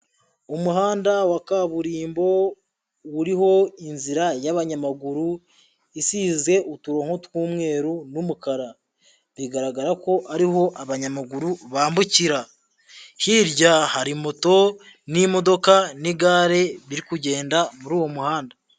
Umuhanda wa kaburimbo uriho inzira y'abanyamaguru isize uturongo tw'umweru n'umukara, bigaragara ko ariho abanyamaguru bambukira, hirya hari moto n'imodoka n'igare biri kugenda muri uwo muhanda.